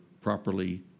properly